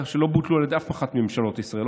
שלא בוטלו על ידי אף אחת מממשלות ישראל,